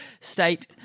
state